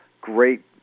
great